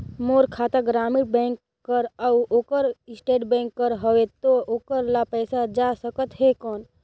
मोर खाता ग्रामीण बैंक कर अउ ओकर स्टेट बैंक कर हावेय तो ओकर ला पइसा जा सकत हे कौन?